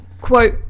quote